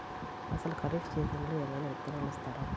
అసలు ఖరీఫ్ సీజన్లో ఏమయినా విత్తనాలు ఇస్తారా?